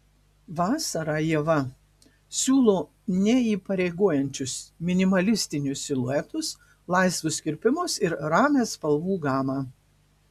vasarą ieva siūlo neįpareigojančius minimalistinius siluetus laisvus kirpimus ir ramią spalvų gamą